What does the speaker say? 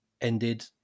ended